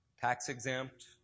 tax-exempt